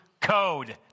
code